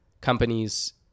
companies